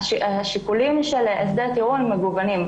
השיקולים של הסדר טיעון מגוונים.